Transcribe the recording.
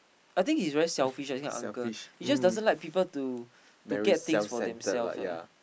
I think he's very selfish this kind of uncle he just doesn't like people to to get things for themselves ah